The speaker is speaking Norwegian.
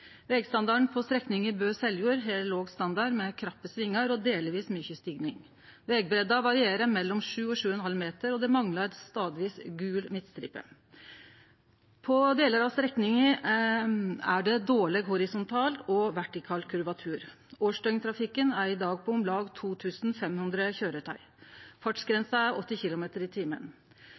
Vegstandarden på strekninga Bø–Seljord er låg med krappe svingar og delvis mykje stigning. Vegbreidda varierer mellom 7,0 og 7,5 meter, og det manglar stadvis gul midtstripe. På delar av strekninga er det dårleg horisontal og vertikal kurvatur. Årsdøgntrafikken er i dag på om lag 2 500 køyretøy, og fartsgrensa er 80 km/t.